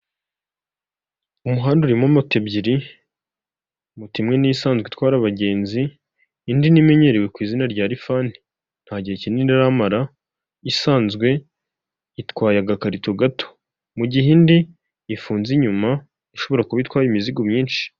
Umuhanda urimo moto ebyiri, moto imwe ni isanzwe itwara abagenzi, indi ni imenyerewe ku izina rya lifani. Nta gihe kinini aramara isanzwe itwaye agakarito gato. Mu gihe indi ifunze inyuma, ishobora kuba itwaye imizigo myinshi.